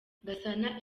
gasana